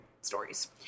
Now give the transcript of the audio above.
Stories